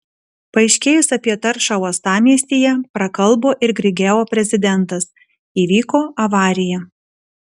paaiškėjus apie taršą uostamiestyje prakalbo ir grigeo prezidentas įvyko avarija